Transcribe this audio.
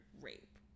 rape